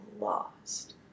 lost